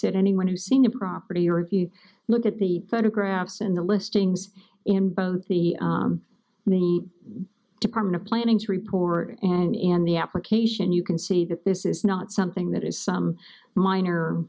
said anyone who's seen a property or if you look at the photographs and the listings in both the the department of planning to report and in the application you can see that this is not something that is some minor